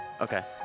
Okay